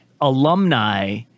alumni